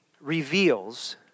reveals